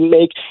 make